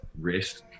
risk